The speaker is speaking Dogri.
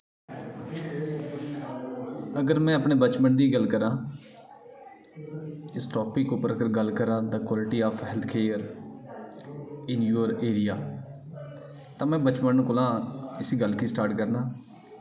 अगर में अपने बचपन दी गल्ल करांऽ इस टॉपिक उप्पर अगर गल्ल करांऽ the quality of health care in your area तां में बचपन कोला इसी गल्ल गी स्टार्ट करना